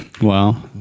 Wow